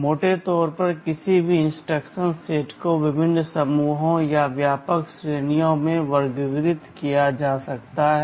मोटे तौर पर किसी भी इंस्ट्रक्शन सेट को विभिन्न समूहों या व्यापक श्रेणियों में वर्गीकृत किया जा सकता है